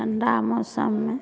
ठंडा मौसममे